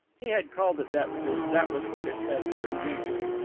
he had called it that because that was what it had turned into.